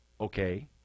Okay